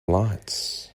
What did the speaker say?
lights